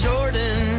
Jordan